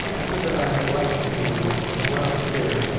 i said that i had lessons to do, and went upstairs,